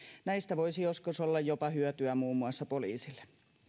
näistä voisi joskus olla jopa hyötyä muun muassa poliisille